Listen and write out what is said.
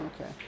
Okay